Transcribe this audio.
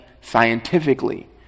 scientifically